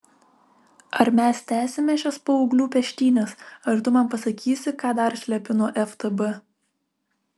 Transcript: ar mes tęsime šias paauglių peštynes ar tu man pasakysi ką dar slepi nuo ftb